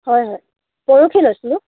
হয় হয় পৰখি লৈছিলোঁ